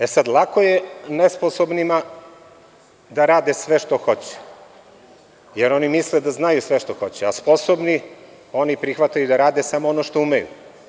E sada, lako je nesposobnima da rade sve što hoće, jer oni misle da znaju sve što hoće, a sposobni, oni prihvataju da rade samo ono što umeju.